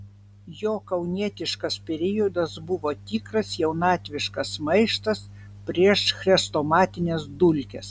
jo kaunietiškas periodas buvo tikras jaunatviškas maištas prieš chrestomatines dulkes